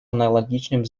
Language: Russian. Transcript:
аналогичным